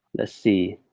let's see.